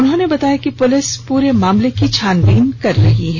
उन्होंने बताया कि पुलिस पूरे मामले की छानबीन कर रही है